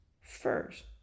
first